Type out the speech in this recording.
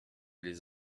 les